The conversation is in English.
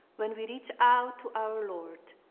when we reach out to our lord,